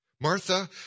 Martha